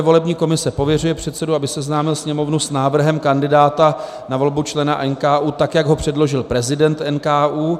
Volební komise pověřuje předsedu, aby seznámil Sněmovnu s návrhem kandidáta na volbu člena NKÚ, tak jak ho předložil prezident NKÚ.